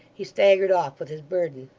he staggered off with his burden.